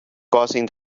causing